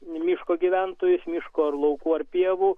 miško gyventojus miško laukų ar pievų